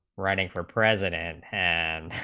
running for president and